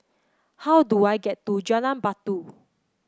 how do I get to Jalan Batu